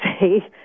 say